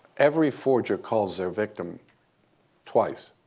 every forger calls their victim twice.